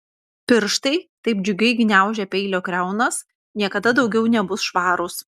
pirštai taip džiugiai gniaužę peilio kriaunas niekada daugiau nebus švarūs